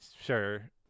sure